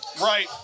Right